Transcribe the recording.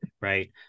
right